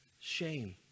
shame